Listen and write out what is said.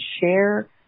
share